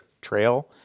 trail